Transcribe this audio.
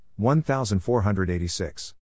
1486